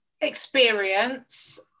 experience